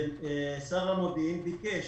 ושר המודיעין ביקש,